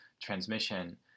transmission